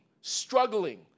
struggling